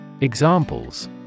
Examples